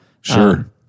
sure